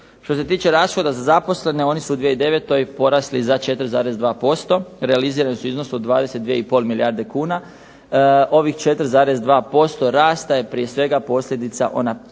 Što se tiče rashoda za zaposlene oni su u 2009. porasli za 4,2%, realizirani su u iznosu od 22 i pol milijarde kuna, ovih 4,2% rasta je prije svega posljedica ona